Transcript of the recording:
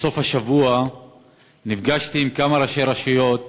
בסוף השבוע נפגשתי עם כמה ראשי רשויות